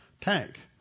tank